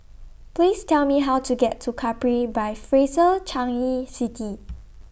Please Tell Me How to get to Capri By Fraser Changi City